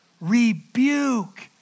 rebuke